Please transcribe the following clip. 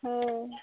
ᱚ